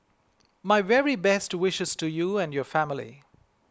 my very best wishes to you and your family